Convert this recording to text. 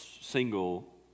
single